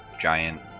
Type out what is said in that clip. giant